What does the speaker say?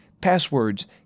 Passwords